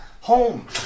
Home